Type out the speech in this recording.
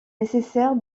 nécessaire